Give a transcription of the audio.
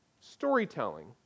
storytelling